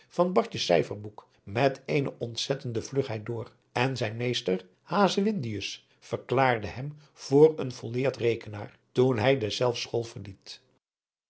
van bartjes cijferboek met eene ontzettende vlugheid door en zijn meester hazewindius verklaarde hem voor een volleerd rekenaar toen hij deszelfs school verliet